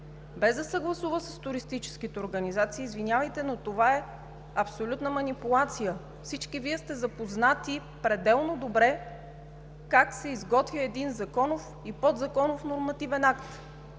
без да съгласува с туристическите организации?! Извинявайте, но това е абсолютна манипулация. Всички Вие сте запознати пределно добре как се изготвя един законов и подзаконов нормативен акт.